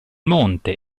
monte